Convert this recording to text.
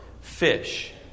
fish